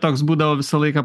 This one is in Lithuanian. toks būdavo visą laiką